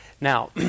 Now